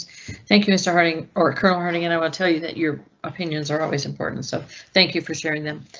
thank you mr. harding or kernel hurting and i will tell you that your opinions are always important. so thank you for sharing them.